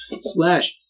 slash